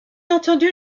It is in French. entendu